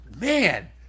man